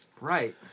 Right